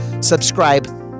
Subscribe